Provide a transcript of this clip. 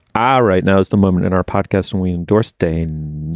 ah all right, now is the moment in our podcast and we endorse dean.